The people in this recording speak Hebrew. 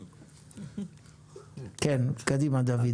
--- קדימה, דוד.